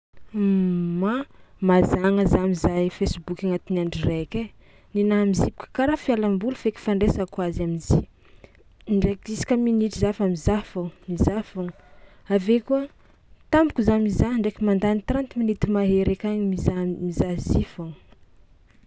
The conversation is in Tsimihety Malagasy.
Um ma! Mazàgna za mizaha i facebook agnatin'ny andro raiky ai, ninahy am'zy koa karaha fialamboly feky fandraisako azy am'zy indraiky isaka minitra za fa mizaha foagna mizaha foagna, avy eo koa tampoka za mizaha ndraiky mandany trente minutes mahery akagny mizan- mizaha zy foagna.